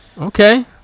Okay